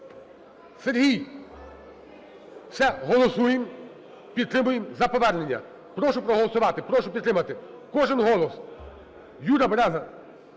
Сергій! Все, голосуємо, підтримуємо за повернення. Прошу проголосувати, прошу підтримати, кожен голос.